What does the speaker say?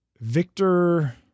Victor